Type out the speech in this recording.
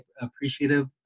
appreciative